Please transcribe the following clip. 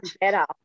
better